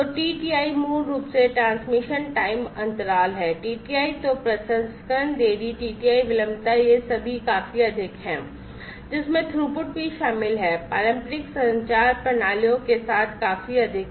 TTI मूल रूप से ट्रांसमिशन टाइम अंतराल है TTI तो प्रसंस्करण देरी TTI विलंबता ये सभी काफी अधिक हैं जिसमें थ्रूपुट भी शामिल है पारंपरिक संचार प्रणालियों के साथ काफी अधिक है